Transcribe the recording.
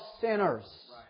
sinners